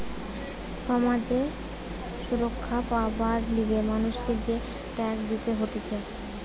সমাজ এ সুরক্ষা পাবার লিগে মানুষকে যে ট্যাক্স দিতে হতিছে